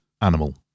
animal